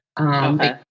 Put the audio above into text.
Okay